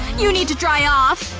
you need to dry off